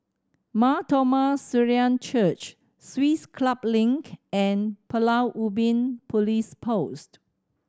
Mar Thoma Syrian Church Swiss Club Link and Pulau Ubin Police Post